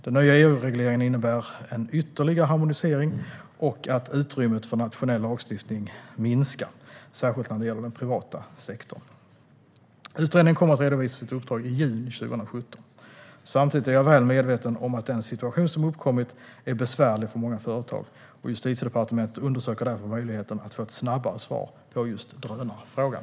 Den nya EU-regleringen innebär en ytterligare harmonisering och att utrymmet för nationell lagstiftning minskar, särskilt när det gäller den privata sektorn. Utredningen kommer att redovisa sitt uppdrag i juni 2017. Samtidigt är jag väl medveten om att den situation som uppkommit är besvärlig för många företag. Justitiedepartementet undersöker därför möjligheten att få ett snabbare svar på just drönarfrågan.